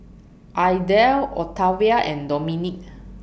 Idell Octavia and Dominik